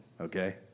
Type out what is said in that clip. okay